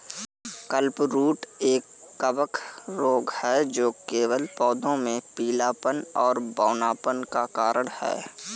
clubroot एक कवक रोग है जो केवल पौधों में पीलापन और बौनापन का कारण है